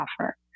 offer